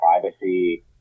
privacy